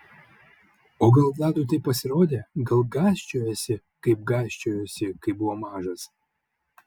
o gal vladui taip pasirodė gal gąsčiojasi kaip gąsčiojosi kai buvo mažas